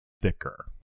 thicker